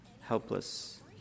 Helpless